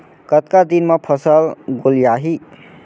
कतका दिन म फसल गोलियाही?